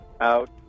out